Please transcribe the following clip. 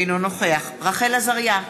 אינו נוכח רחל עזריה,